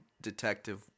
detective